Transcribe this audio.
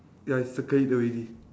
ya I circle it already